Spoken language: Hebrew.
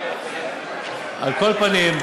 על כל פנים,